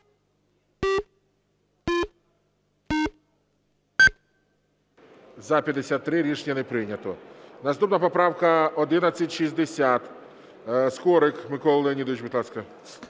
За-53 Рішення не прийнято. Наступна поправка 1160. Скорик Микола Леонідович, будь ласка.